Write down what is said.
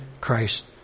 Christ